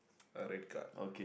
a red card